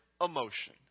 emotion